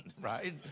right